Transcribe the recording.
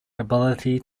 ability